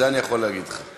את זה אני יכול להגיד לך.